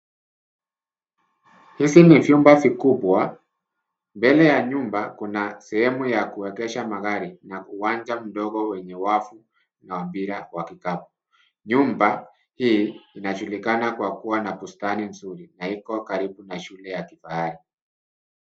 Hizi ni vyumba vikubwa, mbele ya nyumba, kuna sehemu ya kuegesha magari na uwanja mdogo wenye wavu na mpira wa kikapu. Nyumba hii inajulikana kwa kuwa na bustani nzuri na iko karibu na shule ya kifahari.